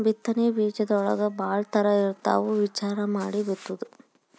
ಬಿತ್ತನೆ ಬೇಜದೊಳಗೂ ಭಾಳ ತರಾ ಇರ್ತಾವ ವಿಚಾರಾ ಮಾಡಿ ಬಿತ್ತುದು